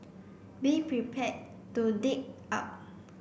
be prepare to dig out